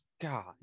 God